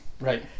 Right